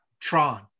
Tron